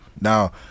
now